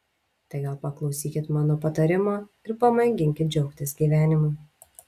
tai gal paklausykit mano patarimo ir pamėginkit džiaugtis gyvenimu